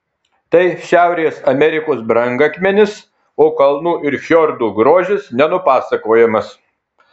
tai šiaurės amerikos brangakmenis o kalnų ir fjordų grožis nenupasakojamas